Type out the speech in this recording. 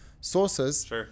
sources